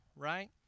Right